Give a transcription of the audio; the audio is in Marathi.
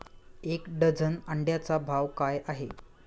एक डझन अंड्यांचा भाव काय आहे?